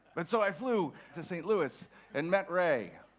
but so i flew to st. louis and met ray,